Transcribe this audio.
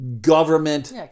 government